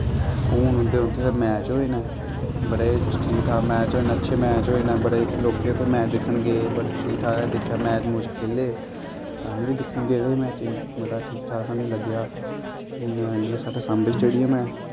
हून उं'दे उत्थै मैच होए न बड़े ठीक ठाक मैच होए न अच्छे मैच होए न बड़े लोक उत्थै मैच दिक्खने गे बड़े ठीक ठाक दिक्खे मैच मूच खेले अस बी दिक्खन गेदे हे मैचें गी बड़ा ठीक ठाक सानूं लग्गेआ हून जि'यां साढ़ै सांबै स्टेडियम ऐ